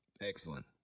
Excellent